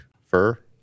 fur